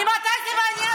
ממתי זה מעניין אתכם?